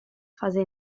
fase